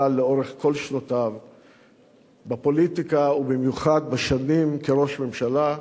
לאורך כל שנותיו בפוליטיקה ובמיוחד בשנים כראש ממשלה,